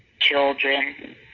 children